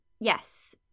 Yes